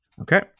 Okay